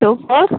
two four